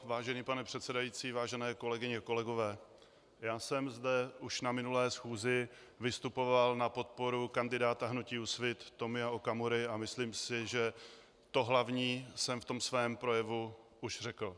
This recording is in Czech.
Vážený pane předsedající, vážené kolegyně a kolegové, já jsem zde už na minulé schůzi vystupoval na podporu kandidáta hnutí Úsvit Tomia Okamury a myslím si, že to hlavní jsem v tom svém projevu už řekl.